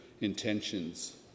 Intentions